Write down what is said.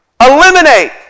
eliminate